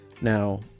Now